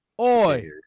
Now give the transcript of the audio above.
Oi